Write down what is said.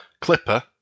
Clipper